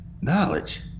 knowledge